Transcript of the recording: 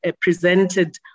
presented